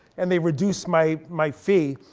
and they reduce my my fee.